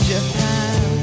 Japan